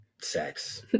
sex